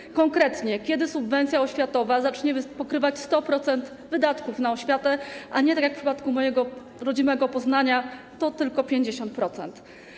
Kiedy konkretnie subwencja oświatowa zacznie pokrywać 100% wydatków na oświatę, a nie tak jak w przypadku mojego rodzimego Poznania to tylko 50%?